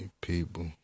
people